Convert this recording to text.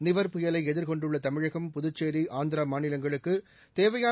நிவர் புயலை எதிர்கொண்டுள்ள தமிழகம் புதுச்சேரி ஆந்திரா மாநிலங்களுக்கு தேவையான